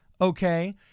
okay